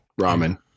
Ramen